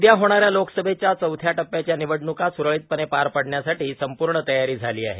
उद्या होणाऱ्या लोकसभेच्या चौथ्या टप्प्याच्या निवडणूका संपूर्ण सुरळीतपणं पार पडण्यासाठी संपूर्ण तयारी झाली आहे